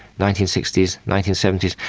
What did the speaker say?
nineteen sixty s, nineteen seventy s,